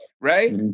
Right